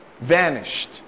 vanished